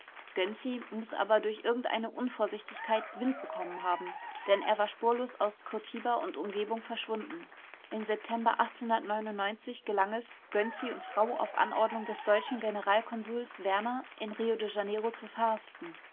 muß aber durch irgendeine unvorsichtigkeit wind bekommen haben denn er war spurlos aus curtiba und umgegend verschwunden im september gelang es gönczi und frau auf anordnung des deutschen generalkonsuls werner in rio de janeiro zu verhaften